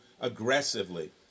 aggressively